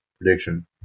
prediction